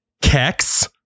Kex